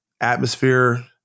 atmosphere